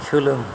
सोलों